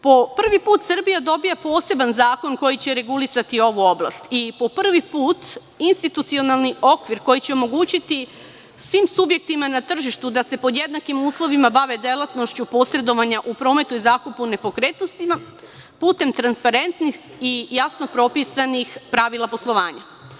Po prvi put Srbija dobija poseban zakon koji će regulisati ovu oblast i po prvi put institucionalni okvir, koji će omogućiti svim subjektima na tržištu da se pod jednakim uslovima bave delatnošću posredovanja u prometu i zakupu nepokretnostima, putem transparentnih i jasno propisanih pravila poslovanja.